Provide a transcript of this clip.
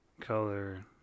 color